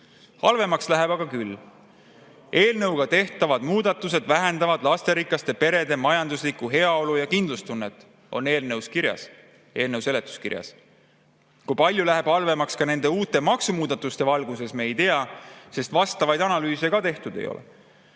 kirjas? Halvemaks läheb aga küll. Eelnõuga tehtavad muudatused vähendavad lasterikaste perede majanduslikku heaolu ja kindlustunnet, on kirjas eelnõu seletuskirjas. Seda, kui palju läheb halvemaks nende uute maksumuudatuste valguses, me ei tea, sest vastavaid analüüse tehtud ei ole.